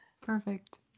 Perfect